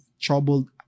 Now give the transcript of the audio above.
troubled